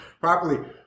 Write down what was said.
properly